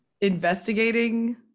investigating